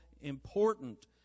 important